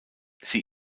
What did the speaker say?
sie